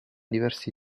diversi